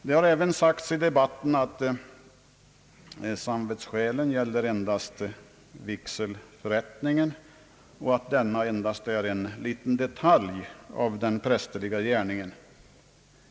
Det har sagts i debatten att samvetsskälen gäller endast vigselförrättningen och att denna är bara en liten detalj av den prästerliga gärningen.